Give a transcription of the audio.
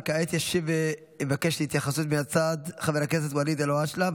כעת מבקש התייחסות מהצד חבר הכנסת ואליד אלהואשלה.